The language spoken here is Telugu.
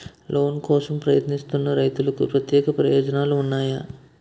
లోన్ కోసం ప్రయత్నిస్తున్న రైతులకు ప్రత్యేక ప్రయోజనాలు ఉన్నాయా?